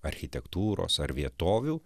architektūros ar vietovių